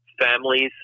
families